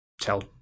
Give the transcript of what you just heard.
tell